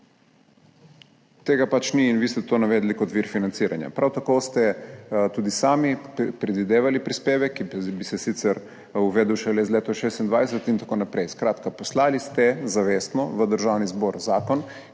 Tega pač ni. In vi ste to navedli kot vir financiranja. Prav tako ste tudi sami predvidevali prispevek, ki bi se sicer uvedel šele iz leta 2026 in tako naprej. Skratka, poslali ste zavestno v Državni zbor zakon,